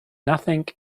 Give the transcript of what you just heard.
nothing